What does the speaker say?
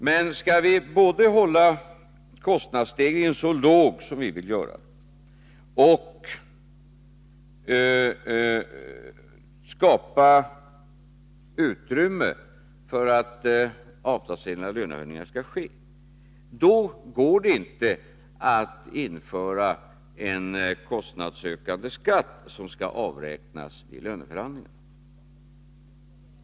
Men för att både kunna hålla nere kostnadsstegringarna så lågt som vi vill och skapa utrymme för avtalsenliga lönehöjningar, så kan vi inte införa en kostnadshöjande skatt som skall avräknas vid löneförhandlingar.